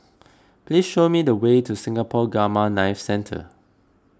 please show me the way to Singapore Gamma Knife Centre